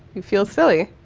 you feel silly.